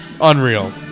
Unreal